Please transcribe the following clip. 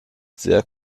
sehr